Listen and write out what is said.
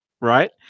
right